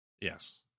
yes